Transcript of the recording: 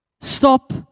Stop